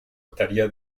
estaría